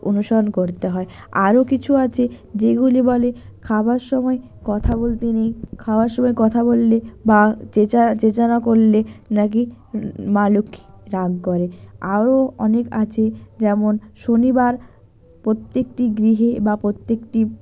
অনুসরণ করতে হয় আরও কিছু আছে যেগুলি বলে খাবার সময় কথা বলতে নেই খাওয়ার সময় কথা বললে বা চেঁচানো করলে নাকি মা লক্ষ্মী রাগ করে আরও অনেক আছে যেমন শনিবার প্রত্যেকটি গৃহে বা প্রত্যেকটি